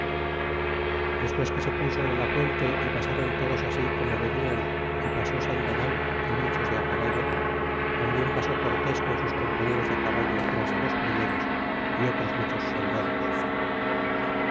despues que se puso en la puente y pasron todos así como venian y pasó sandoval é muchos de á caballo tambien pasó cortés con sus compañeros de caballo tras de los primeros y otros muchos soldados